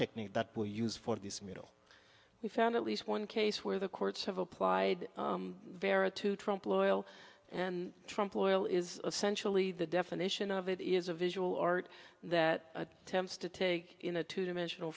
technique that we use for this middle we found at least one case where the courts have applied vera to trump loyal and trump loyal is essentially the definition of it is a visual art that attempts to take in a two dimensional